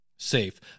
safe